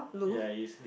ya if if